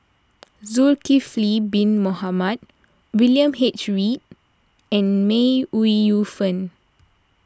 Zulkifli Bin Mohamed William H Read and May Ooi Yu Fen